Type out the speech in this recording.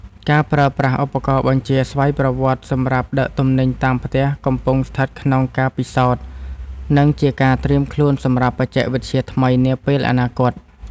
ការប្រើប្រាស់ឧបករណ៍បញ្ជាស្វ័យប្រវត្តិសម្រាប់ដឹកទំនិញតាមផ្ទះកំពុងស្ថិតក្នុងការពិសោធន៍ និង ជាការត្រៀមខ្លួនសម្រាប់បច្ចេកវិទ្យាថ្មីនាពេលអនាគត។